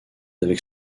avec